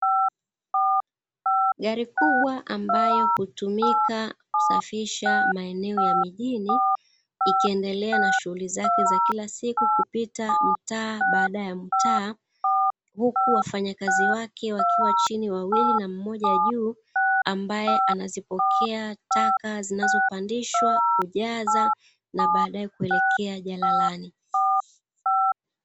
Gari kubwa ambayo hutumika kusafisha maeneo ya mijini ikiendelea na shughuli zake za kila siku kupita mtaa baada ya mtaa, huku wafanyakazi wake wakiwa chini wawili na mmoja juu ambaye anazipokea taka zinazopandishwa kujaza na baadae kuelekea jalalani.